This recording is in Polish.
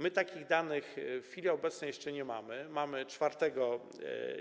My takich danych w chwili obecnej jeszcze nie mamy - jest 4